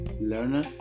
learner